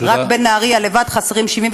בנהריה לבד חסרים 75